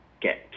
get